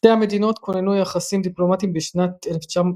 שתי המדינות כוננו יחסים דיפלומטיים בשנת 1989.